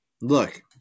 look